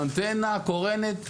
האנטנה קורנת,